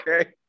okay